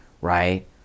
right